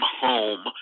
home